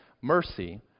mercy